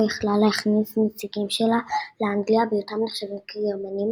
יכלה להכניס נציגים שלה לאנגליה בהיותם נחשבים כגרמנים,